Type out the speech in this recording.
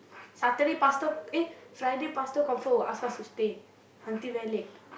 Saturday pastor eh Friday pastor confirm will ask us to stay until very late